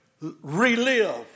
relive